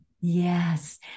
yes